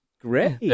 Great